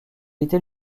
était